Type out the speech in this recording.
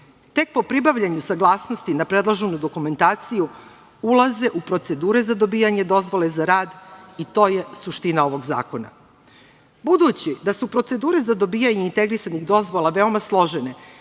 Tek po pribavljanju saglasnosti na predloženu dokumentaciju, ulaze u procedure za dobijanje dozvole za rad i to je suština ovog zakona. Budući da su procedure za dobijanje integrisanih dozvola veoma složene